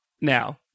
now